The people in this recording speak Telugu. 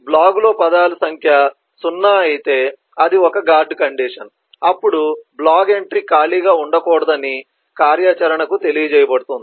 బ్లాగులో పదాల సంఖ్య 0 అయితే అది ఒక గార్డు కండిషన్ అప్పుడు బ్లాగ్ ఎంట్రీ ఖాళీగా ఉండకూడదు అని కార్యాచరణకు తెలియజేయబడుతుంది